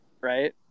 right